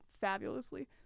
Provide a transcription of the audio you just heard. fabulously